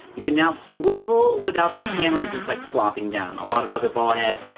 you can now swivel without the camera just like flopping down. a lot of other ball heads,